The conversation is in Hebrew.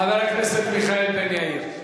חבר הכנסת מיכאל בן-יאיר.